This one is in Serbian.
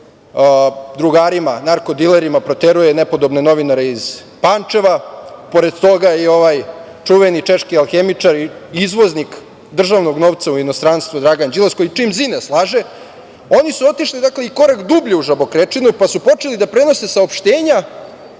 drugarima narko-dilerima proteruje nepodobne novinare iz Pančeva, pored toga je i ovaj čuveni češki alhemičar i izvoznik državnog novca u inostranstvo, Dragan Đilas, koji čim zine slaže, oni su otišli i korak dublje u žabokrečinu, pa su počeli da prenose saopštenja